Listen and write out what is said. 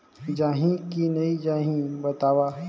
जाही की नइ जाही बताव?